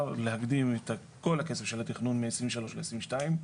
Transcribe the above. להקדים את כל הכסף של התכנון מ-2023 ל-2022.